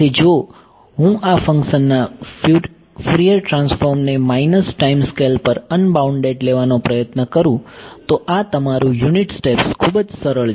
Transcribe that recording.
તેથી જો હું આ ફંક્શનના ફ્યુરિયર ટ્રાન્સફોર્મને માઈનસ ટાઈમ સ્કેલ પર અનબાઉન્ડેડ લેવાનો પ્રયત્ન કરું તો આ તમારું યુનિટ સ્ટેપ્સ ખૂબ જ સરળ છે